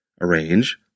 arrange